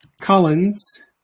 Collins